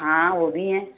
हाँ वह भी है